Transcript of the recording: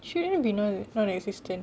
should it been non-existent